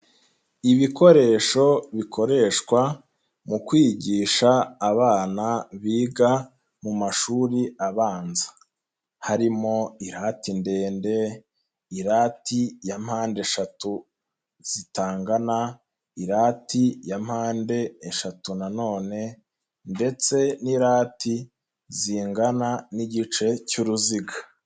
Ibikoresho bikoreshwa mu kwigisha abana biga mu mashuri abanza harimo irati ndende, irati ya mpande eshatu zitangana, irati ya mpande eshatu na none ndetse n'irati zingana n'igice cy'uruziga.